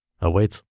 awaits